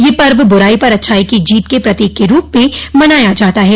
यह पर्व बुराई पर अच्छाई की जीत के प्रतीक के रूप में मनाया जाता है